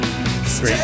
Great